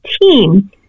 team